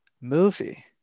movie